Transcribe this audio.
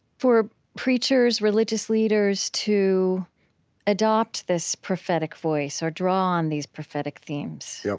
for preachers, religious leaders, to adopt this prophetic voice or draw on these prophetic themes. yeah